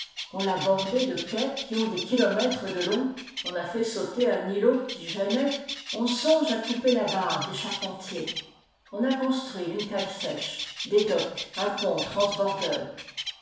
on l'a bordé de quais qui ont des kilomètres de long on a fait sauter un îlot qui gênait on songe à couper la barre des charpentiers on a construit une cale sèche des docks un pont transbordeur